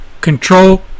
control